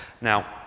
now